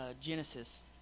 Genesis